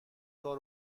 کار